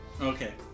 Okay